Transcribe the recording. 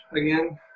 again